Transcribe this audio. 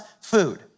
food